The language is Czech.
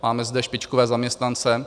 Máme zde špičkové zaměstnance.